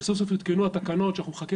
שסוף-סוף יעודכנו התקנות שאנחנו מחכים